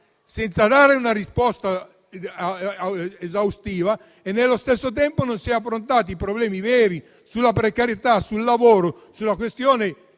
senza dare una risposta esaustiva e, nello stesso tempo, non si sono affrontati i problemi veri sulla precarietà, sul lavoro, sulle questioni